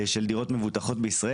דבר אחרון שאפשר לשנו בלי כסף.